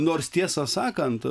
nors tiesą sakant